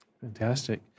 Fantastic